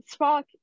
spock